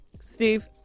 steve